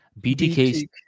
BTK